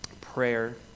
prayer